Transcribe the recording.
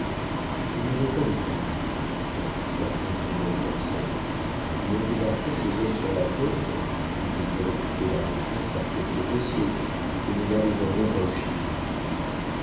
nous n'avons pas de vivres répliqua tranquillement le corsaire mais en débarquant ces hommes sur la côte ils nous feraient couper la retraite par quelque vaisseau et nous n'arriverions pas au chili